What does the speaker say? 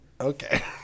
Okay